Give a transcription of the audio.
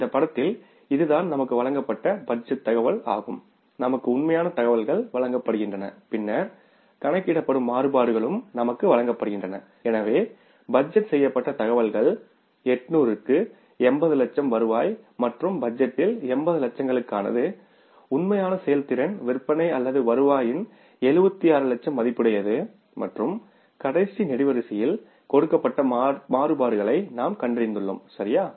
இந்த படத்தில் இதுதான் நமக்கு வழங்கப்பட்ட பட்ஜெட் தகவல் ஆகும் நமக்கு உண்மையான தகவல்கள் வழங்கப்படுகின்றன பின்னர் கணக்கிடப்படும் மாறுபாடுகளும் நமக்கு வழங்கப்படுகின்றன எனவே பட்ஜெட் செய்யப்பட்ட தகவல்கள் 800 க்கு 80 லட்சம் வருவாய் மற்றும் பட்ஜெட் 80 லட்சங்களுக்கானது உண்மையான செயல்திறன் விற்பனை அல்லது வருவாயின் 76 லட்சம் மதிப்புடையது மற்றும் கடைசி நெடுவரிசையில் கொடுக்கப்பட்ட மாறுபாடுகளை நாம் கண்டறிந்துள்ளோம் சரியா